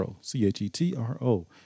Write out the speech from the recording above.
C-H-E-T-R-O